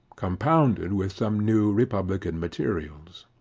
compounded with some new republican materials.